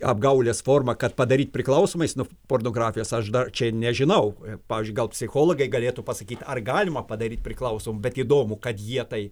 apgaulės formą kad padaryti priklausomais nuo pornografijos aš dar čia nežinau pavyzdžiui gal psichologai galėtų pasakyt ar galima padaryt priklausom bet įdomu kad jie tai